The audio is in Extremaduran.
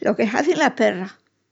Lo que hazin las perras!